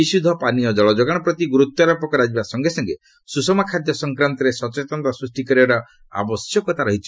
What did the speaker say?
ବିଶୁଦ୍ଧ ପାନୀୟ ଜଳ ଯୋଗାଣ ପ୍ରତି ଗୁରୁତ୍ୱାରୋପ କରାଯିବା ସଙ୍ଗେ ସଙ୍ଗେ ସୁଷମ ଖାଦ୍ୟ ସଂକ୍ରାନ୍ତରେ ସଚେତନତା ସୃଷ୍ଟି କରିବାର ଆବଶ୍ୟକତା ରହିଛି